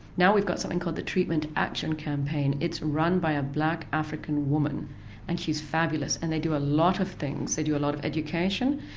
now we've got something called the treatment action campaign, it's run by a black african woman and she's fabulous and they do a lot of things. they do a lot of education,